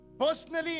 personally